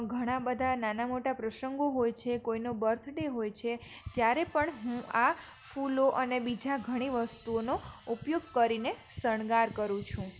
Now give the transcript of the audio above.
ઘણાં બધાં નાના મોટા પ્રસંગો હોય છે કોઈનો બર્થડે હોય છે ત્યારે પણ હું આ ફૂલો અને બીજા ઘણી વસ્તુઓનો ઉપયોગ કરીને શણગાર કરું છું